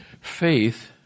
faith